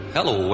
Hello